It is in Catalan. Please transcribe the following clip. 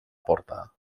porta